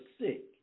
sick